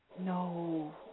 No